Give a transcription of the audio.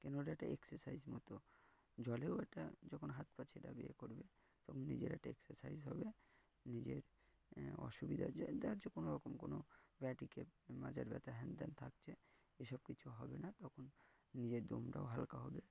কেনটা একটা এক্সারসাইজ মতো জলেও এটা যখন হাত পাছেটা বিয়ে করবে তখন নিজের একটা এক্সারসাইজ হবে নিজের অসুবিধা যার যা যেকোনো রকম কোনো মাজার ব্যথা হ্যান ত্যান থাকছে এসব কিছু হবে না তখন নিজের দমটাও হালকা হবে